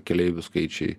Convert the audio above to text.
keleivių skaičiai